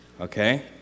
okay